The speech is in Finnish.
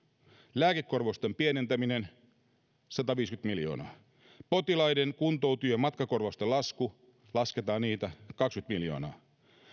lääkekorvausten pienentäminen sataviisikymmentä miljoonaa kolme potilaiden kuntoutujien matkakorvausten lasku kun lasketaan niitä kaksikymmentä miljoonaa neljä